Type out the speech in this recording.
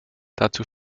dazu